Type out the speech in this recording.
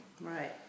Right